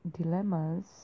dilemmas